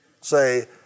Say